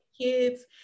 kids